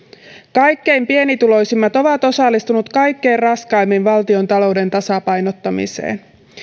kaikkein pienituloisimmat ovat osallistuneet kaikkein raskaimmin valtiontalouden tasapainottamiseen